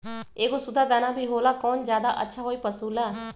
एगो सुधा दाना भी होला कौन ज्यादा अच्छा होई पशु ला?